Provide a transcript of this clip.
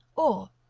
or,